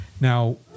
Now